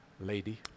Lady